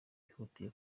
bihutiye